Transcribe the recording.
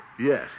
Yes